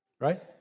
Right